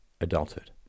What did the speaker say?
adulthood